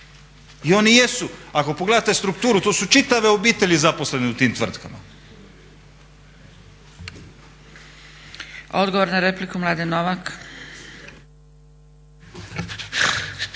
I oni jesu, ako pogledate strukturu to su čitave obitelji zaposlene u tim tvrtkama. **Zgrebec, Dragica